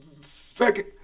Second